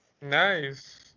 Nice